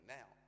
Now